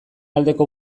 aldeko